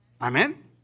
amen